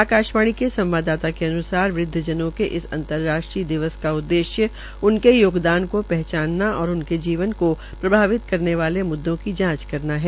आकाशवाणी संवाददाता के अन्सार वृद्वजनों के इस अंतर्राष्ट्रीय दिवस का उद्देश्य उनके योगदान को पहचानना और उनके जीवन को प्रभावित करने वाले मुद्दों की जांच करना है